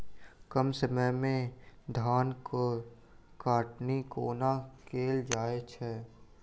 कम समय मे धान केँ कटनी कोना कैल जाय छै?